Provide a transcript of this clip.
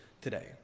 today